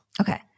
Okay